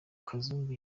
kazungu